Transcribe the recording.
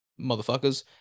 motherfuckers